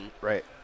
Right